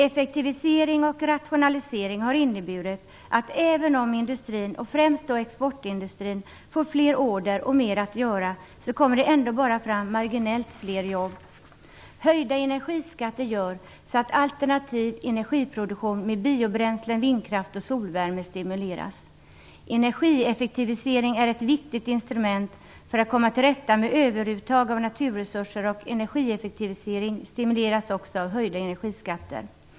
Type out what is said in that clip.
Effektivisering och rationalisering har inneburit, att även om industrin och främst då exportindustrin får fler order och mer att göra kommer det ändå bara fram marginellt fler jobb. Höjda energiskatter gör att alternativ energiproduktion med biobränslen, vindkraft och solvärme stimuleras. Energieffektivisering är ett viktigt instrument för att komma till rätta med överuttag av naturresurser, och energieffektivisering stimuleras också av höjda energiskatter.